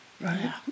Right